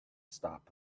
stop